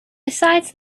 besides